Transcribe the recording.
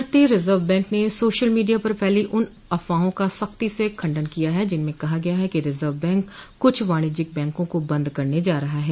भारतीय reserve bank ने social media पर फैली उन अफवाहों का सख्ती से खंडन किया है जिनमें कहा गया है कि रिजर्व बैंक कुछ वाणिज्यिक बैंकों को बंद करने जा रहा है